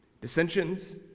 dissensions